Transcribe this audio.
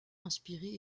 inspirée